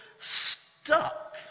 stuck